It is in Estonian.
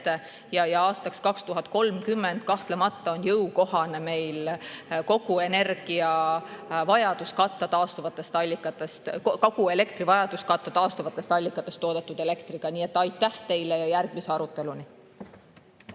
Aastaks 2030 kahtlemata on meile jõukohane kogu elektrivajadus katta taastuvatest allikatest toodetud elektriga. Nii et aitäh teile ja järgmise aruteluni.